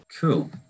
cool